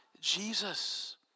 Jesus